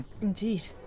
Indeed